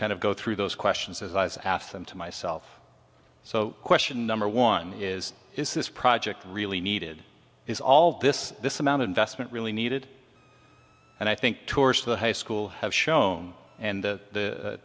kind of go through those questions as i was after them to myself so question number one is is this project really needed is all this this amount of investment really needed and i think tours of the high school have shown and the